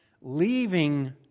leaving